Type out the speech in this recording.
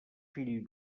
fill